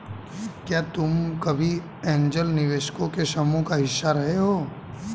क्या तुम कभी ऐन्जल निवेशकों के समूह का हिस्सा रहे हो?